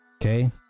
Okay